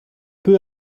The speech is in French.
peu